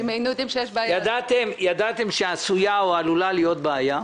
אם היינו יודעים שיש בעיה --- ידעתם שעשויה או עלולה להיות בעיה,